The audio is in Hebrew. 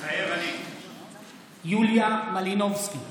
מתחייב אני יוליה מלינובסקי,